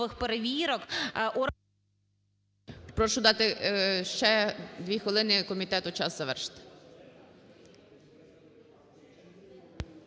Прошу дати ще 2 хвилини комітету час завершити.